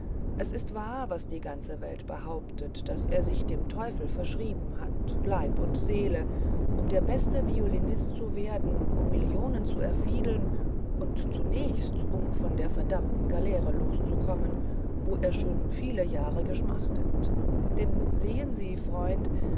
es ist wahr was die ganze welt behauptet daß er sich dem teufel verschrieben hat leib und seele um der beste violinist zu werden um millionen zu erfiedeln und zunächst um von der verdammten galeere loszukommen wo er schon viele jahre geschmachtet denn sehen sie freund